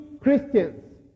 Christians